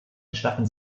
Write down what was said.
gestatten